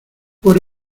por